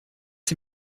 sie